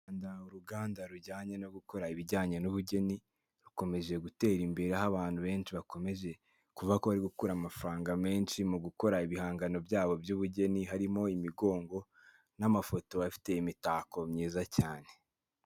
Mu Rwanda uruganda rujyanye no gukora ibijyanye n'ubugeni rukomeje gutera imbere, aho abantu benshi bakomeje kuvuga ko bari gukura amafaranga menshi mu gukora ibihangano byabo by'ubugeni harimo imigongo n'amafoto bafite imitako myiza cyane.